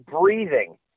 breathing